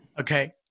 Okay